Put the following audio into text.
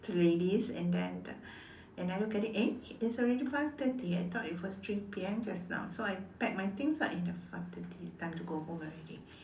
to the ladies and then they never credit eh it's already five thirty I thought it was three p_m just now so I pack my things lah you know five thirty time to go home already